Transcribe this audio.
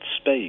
space